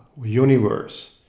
universe